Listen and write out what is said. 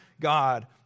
God